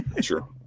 Sure